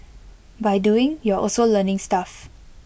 by doing you're also learning stuff